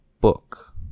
Book